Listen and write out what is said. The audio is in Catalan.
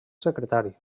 secretari